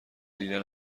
دیده